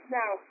now